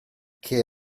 che